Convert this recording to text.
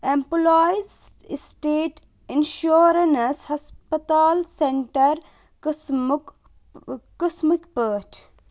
employees state insurance ہسپَتال centre قٕسمُک قٕسمٕکی پٲٹھی